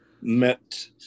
Met